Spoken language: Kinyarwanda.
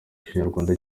kinyarwanda